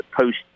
post